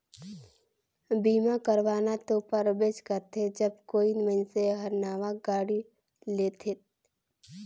बीमा करवाना तो परबेच करथे जब कोई मइनसे हर नावां गाड़ी लेथेत